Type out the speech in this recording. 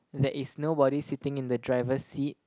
there is nobody sitting in the driver seat